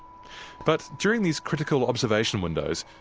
but during these critical observation windows,